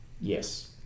Yes